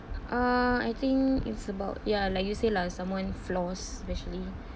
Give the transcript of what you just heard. uh I think it's about ya like you say like someone flaws eventually